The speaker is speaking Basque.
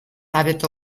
areto